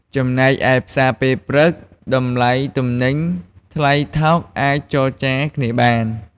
ចំណែកឯផ្សារពេលព្រឹក តម្លៃទំនិញថ្លៃថោកអាចចរចារគ្នាបាន។